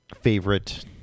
favorite